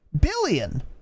billion